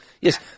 Yes